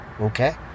Okay